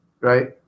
Right